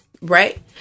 right